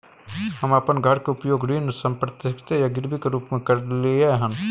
हम अपन घर के उपयोग ऋण संपार्श्विक या गिरवी के रूप में कलियै हन